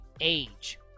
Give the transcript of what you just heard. age